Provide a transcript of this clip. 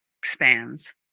expands